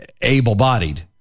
able-bodied